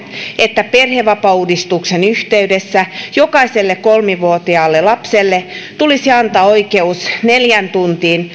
että perhevapaauudistuksen yhteydessä jokaiselle kolmivuotiaalle lapselle tulisi antaa oikeus neljään tuntiin